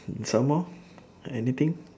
some more any thing